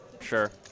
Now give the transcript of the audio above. Sure